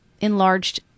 enlarged